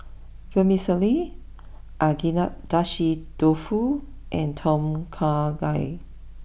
Vermicelli Agedashi Dofu and Tom Kha Gai